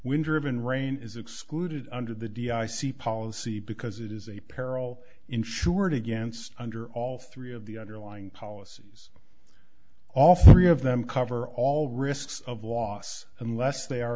wind driven rain is excluded under the d i c policy because it is a peril insured against under all three of the underlying policies all three of them cover all risks of loss unless they are